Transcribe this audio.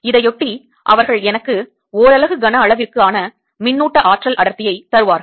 இதையொட்டி அவர்கள் எனக்கு ஓரலகு கன அளவிற்கு ஆன மின்னூட்ட ஆற்றல் அடர்த்தியை தருவார்கள்